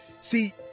see